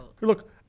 Look